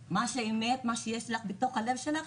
האמת היא מה שיש לה בתוך הלב שלה,